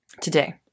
today